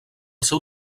seu